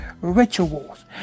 rituals